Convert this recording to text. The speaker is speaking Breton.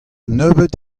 nebeut